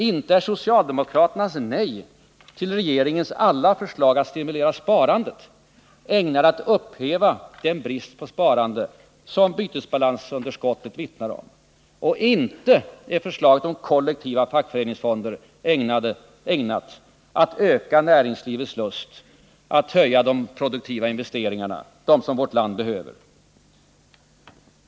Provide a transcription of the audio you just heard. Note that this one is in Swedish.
Inte är socialdemokraternas nej till regeringens alla förslag att stimulera sparandet ägnade att upphäva den brist på sparande som bytesbalansunderskottet vittnar om! Och inte är förslaget om kollektiva fackföreningsfonder ägnat att öka näringslivets lust att öka de produktiva investeringarna, som vårt land behöver!